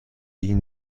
این